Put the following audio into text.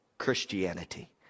christianity